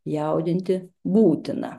jaudinti būtina